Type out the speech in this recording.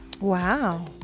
Wow